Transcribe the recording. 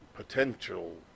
potential